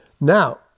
Now